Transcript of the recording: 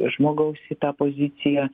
žmogaus į tą poziciją